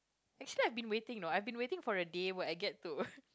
actually I been waiting you know I been waiting for the day where I get to